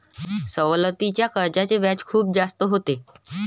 सवलतीच्या कर्जाचे व्याज खूप जास्त होते